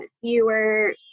fewer